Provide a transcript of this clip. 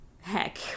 Heck